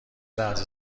لحظه